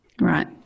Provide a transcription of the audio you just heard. Right